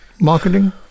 marketing